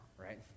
right